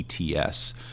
ETS